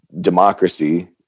democracy